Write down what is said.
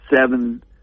seven